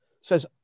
says